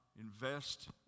invest